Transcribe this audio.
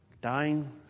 dying